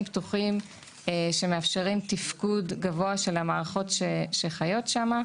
פתוחים שמאפשרים תפקוד גבוה של המערכות שחיות שם,